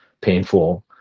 painful